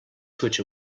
switch